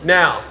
now